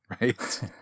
Right